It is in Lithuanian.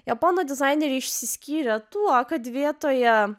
japonų dizaineriai išsiskyrė tuo kad vietoje